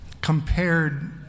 compared